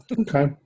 Okay